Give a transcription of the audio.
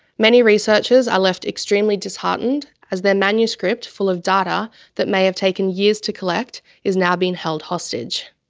many researchers are left extremely disheartened as their manuscript full of data that may have taken years to collect is now being held hostage.